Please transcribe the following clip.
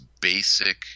basic